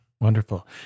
Wonderful